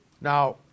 Now